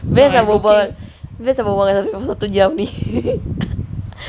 best ah berbual dengan safian satu jam ni